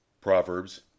Proverbs